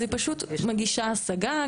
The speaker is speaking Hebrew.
אז היא פשוט מגישה השגה.